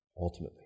ultimately